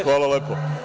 Hvala lepo.